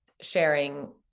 sharing